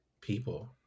people